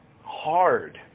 hard